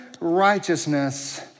righteousness